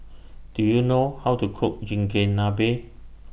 Do YOU know How to Cook Chigenabe